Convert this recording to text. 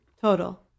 Total